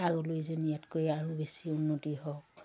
আগলৈ যেন ইয়াতকৈ আৰু বেছি উন্নতি হওক